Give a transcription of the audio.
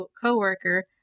co-worker